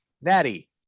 Natty